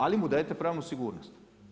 Ali mu dajete pravnu sigurnost.